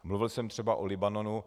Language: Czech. Mluvil jsem třeba o Libanonu.